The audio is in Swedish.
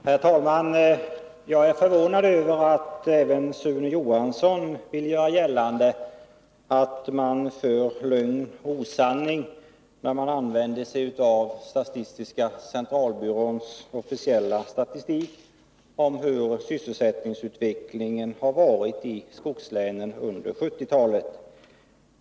Herr talman! Jag är förvånad över att Sune Johansson vill göra gällande att man far med lögn och osanning när man använder sig av statistiska centralbyråns officiella statistik över sysselsättningsutvecklingen i skogslänen under 1970-talet.